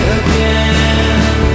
again